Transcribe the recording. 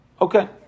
Okay